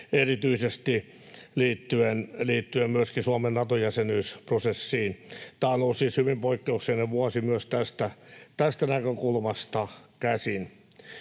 erityisesti liittyen myöskin Suomen Nato-jäsenyysprosessiin. Tämä on ollut siis hyvin poikkeuksellinen vuosi myös tästä näkökulmasta käsin.